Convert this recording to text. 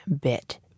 bit